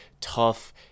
tough